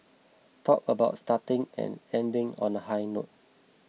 talk about starting and ending on a high note